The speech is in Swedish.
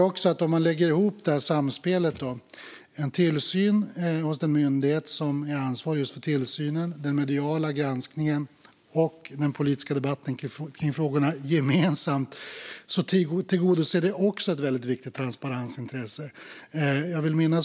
Om man lägger ihop samspelet mellan tillsyn från den myndighet som är ansvarig för tillsynen, den mediala granskningen av och den politiska debatten om frågorna ser man att det också tillgodoser ett viktigt transparensintresse.